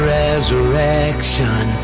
resurrection